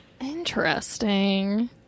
Interesting